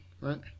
Right